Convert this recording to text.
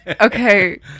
Okay